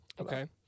Okay